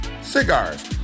cigars